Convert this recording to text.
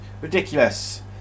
Ridiculous